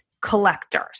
collectors